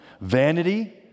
Vanity